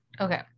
Okay